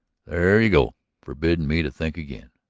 there you go. forbidding me to think again.